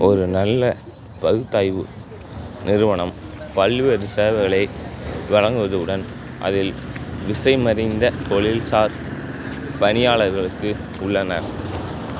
ஒரு நல்ல பகுத்தாய்வு நிறுவனம் பல்வேறு சேவைகளை வழங்குவதுடன் அதில் திசைமறைந்த தொழில்சார் பணியாளர்களுக்கு உள்ளனர்